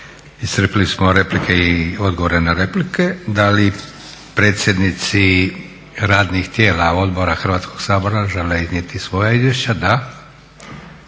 Iscrpili smo replike i odgovore na replike. Da li predsjednici radnih tijela odbora Hrvatskog sabora žele iznijeti svoja izvješća? Da.